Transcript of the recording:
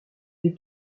des